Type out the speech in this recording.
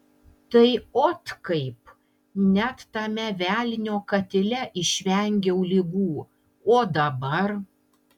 tai ot kaip net tame velnio katile išvengiau ligų o dabar